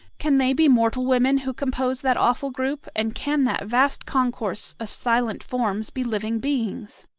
can they be mortal women who compose that awful group, and can that vast concourse of silent forms be living beings?